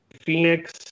Phoenix